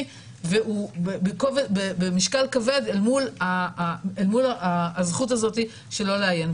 והוא במשקל כבד אל מול הזכות הזאת של לא לעיין.